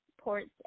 ports